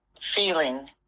feeling